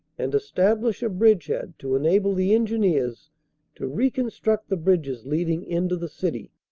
and establish a bridgehead to enable the engineers to reconstruct the bridges leading into the city.